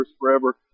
forever